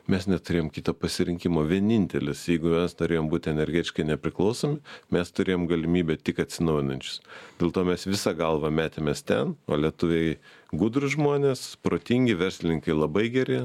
mes neturėjom kito pasirinkimo vienintelis jeigu mes norėjom būt energetiškai nepriklausomi mes turėjom galimybę tik atsinaujinančius dėl to mes visa galva metėmės ten o lietuviai gudrūs žmonės protingi verslininkai labai geri